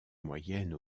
moyennes